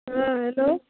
हँ हेलो